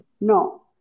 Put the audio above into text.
No